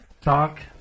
Talk